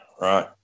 Right